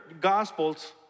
Gospels